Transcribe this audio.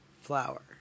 flower